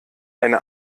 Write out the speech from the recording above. eine